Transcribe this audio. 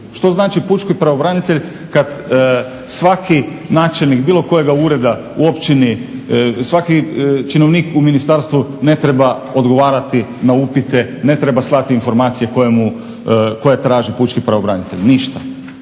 Što znači pučki pravobranitelj kad svaki načelnik bilo kojega ureda u općini, svaki činovnik u ministarstvu ne treba odgovarati na upite, ne treba slati informacije koje traži pučki pravobranitelj, ništa.